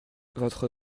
votre